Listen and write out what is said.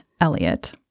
Elliot